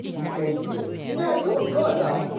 i'm forty six. yeah, you look good, though.